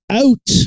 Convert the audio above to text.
out